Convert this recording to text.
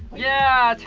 yeah, chan!